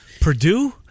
Purdue